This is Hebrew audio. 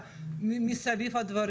של הדברים מסביב.